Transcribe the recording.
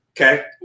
Okay